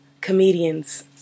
comedians